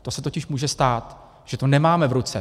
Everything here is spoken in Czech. To se totiž může stát, že to nemáme v ruce.